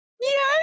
Yes